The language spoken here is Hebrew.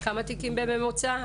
כמה תיקים בממוצע?